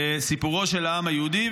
סיפורו של העם היהודי.